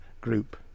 Group